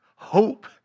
Hope